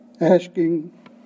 asking